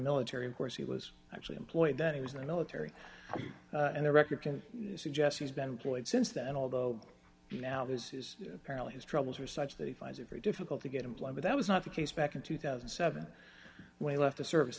military of course he was actually employed that he was in the military and the record to suggest he's been employed since then although now this is apparently his troubles are such that he finds it very difficult to get employed but that was not the case back in two thousand and seven when he left the service